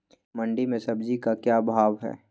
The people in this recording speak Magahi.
मंडी में सब्जी का क्या भाव हैँ?